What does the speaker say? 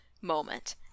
moment